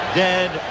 dead